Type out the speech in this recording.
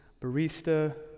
barista